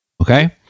okay